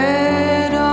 Red